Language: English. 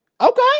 Okay